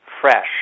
fresh